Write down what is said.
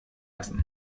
lassen